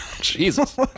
Jesus